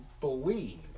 believe